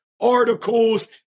articles